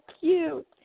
cute